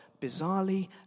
bizarrely